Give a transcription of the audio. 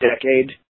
decade